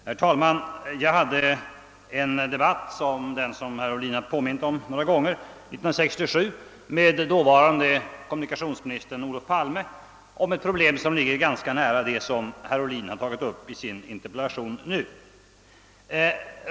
Herr talman! Jag hade 1967 en debatt — herr Ohlin har påmint om den några gånger — med dåvarande kommunikationsministern Olof Palme om ett problem som ligger ganska nära det som herr Ohlin nu tagit upp i sin interpellation.